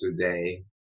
today